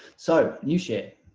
so new share.